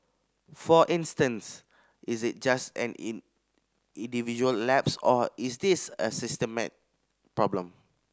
for instance is it just an individual lapse or is this a systemic problem